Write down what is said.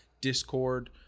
Discord